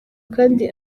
kandi